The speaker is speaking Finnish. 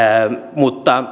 mutta